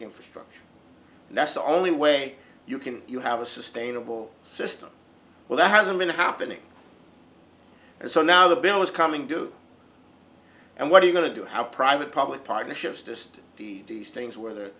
infrastructure that's the only way you can you have a sustainable system well that hasn't been happening and so now the bill is coming due and what are you going to do how private public partnerships just these things whe